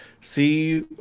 see